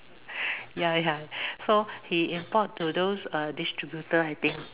ya ya so he import to those uh distributor I think